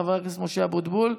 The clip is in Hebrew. חבר הכנסת משה אבוטבול,